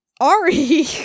Ari